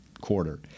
quarter